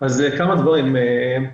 כמה דברים: ראשית,